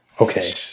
Okay